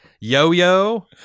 yo-yo